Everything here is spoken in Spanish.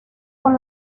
con